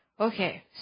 Okay